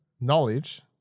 knowledge